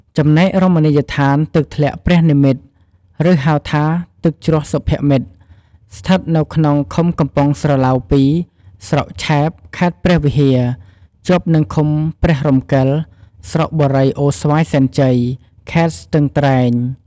ចំណែក រមណីយដ្ឋាន«ទឹកធ្លាក់ព្រះនិម្មិត» ឬហៅថា «ទឹកជ្រោះសុភមិត្ត» ស្ថិតនៅក្នុងឃុំកំពង់ស្រឡៅ២ ស្រុកឆែប ខេត្តព្រះវិហារ ជាប់នឹងឃុំព្រះរំកិល ស្រុកបុរីអូស្វាយសែនជ័យ ខេត្តស្ទឹងត្រែង។